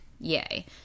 Yay